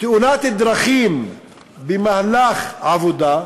תאונת דרכים במהלך עבודה,